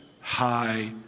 high